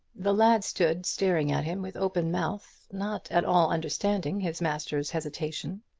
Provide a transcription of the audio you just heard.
the lad stood staring at him with open mouth, not at all understanding his master's hesitation.